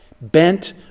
Bent